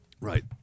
Right